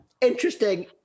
interesting